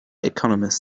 economists